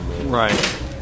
Right